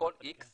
מכל איקס